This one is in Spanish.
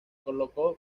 colocó